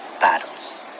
battles